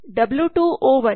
W 2 O 1